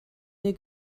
mir